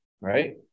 right